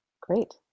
Great